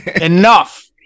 Enough